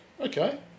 Okay